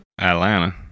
Atlanta